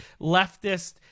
leftist